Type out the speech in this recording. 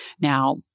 Now